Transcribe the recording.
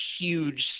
huge